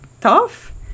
tough